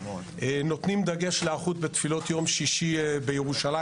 נותנים דגש להיערכות בתפילות יום שישי בירושלים